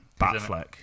Batfleck